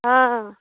हँ